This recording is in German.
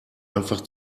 einfach